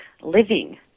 living